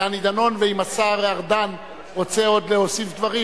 דני דנון ואם השר ארדן רוצה עוד להוסיף דברים,